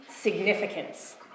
significance